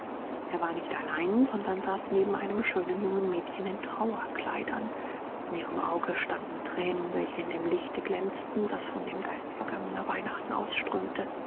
er war nicht allein sondern saß neben einem schönen jungen mädchen in trauerkleidern in ihrem auge standen thränen welche in dem lichte glänzten das von dem geist vergangener weihnachten ausströmte